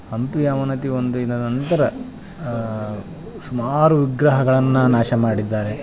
ಹಂಪಿ ಅವನತಿ ಹೊಂದಿದ ನಂತರ ಸುಮಾರು ವಿಗ್ರಹಗಳನ್ನು ನಾಶ ಮಾಡಿದ್ದಾರೆ